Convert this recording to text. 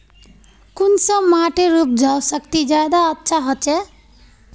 कुंसम माटिर उपजाऊ शक्ति ज्यादा अच्छा होचए?